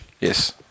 Yes